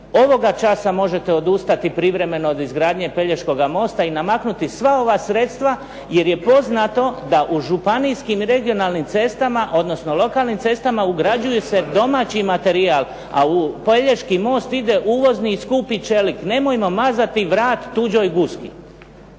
ovoga časa možete odustati privremeno od izgradnje pelješkoga mosta i namaknuti sva ova sredstva jer je poznato da u županijskim regionalnim cestama odnosno lokalnim cestama ugrađuju se domaći materijal a u pelješki most ide uvozni i skupi čelik. Nemojmo mazati vrat tuđoj guski.